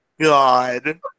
god